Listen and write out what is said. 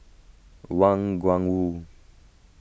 Wang Gungwu